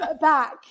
back